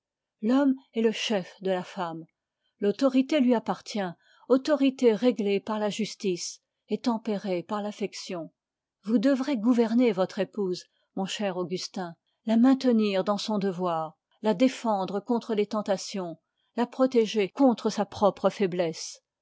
l'homme est le chef de la femme l'autorité lui appartient autorité réglée par la justice et tempérée par l'affection vous devez gouverner votre épouse mon cher augustin la maintenir dans son devoir la défendre contre les tentations la protéger contre sa propre faiblesse